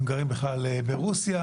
הם גרים בכלל ברוסיה,